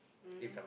mm